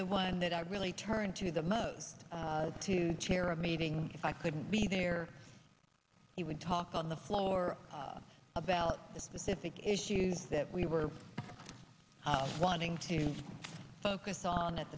the one that i really turn to the most to chair a meeting if i couldn't be there he would talk on the floor about the specific issues that we were wanting to focus on at